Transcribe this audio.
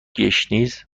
گشنیز